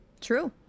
True